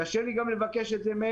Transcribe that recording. קשה לי אפילו לבקש מהם.